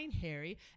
Harry